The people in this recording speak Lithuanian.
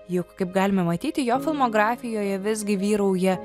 jug kaip galime matyti jo filmografijoje visgi vyrauja